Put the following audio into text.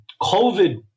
COVID